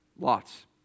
Lots